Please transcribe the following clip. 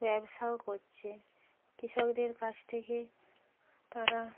ব্যবসাও করছে কৃষকদের কাছ থেকে তারা